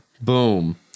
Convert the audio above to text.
Boom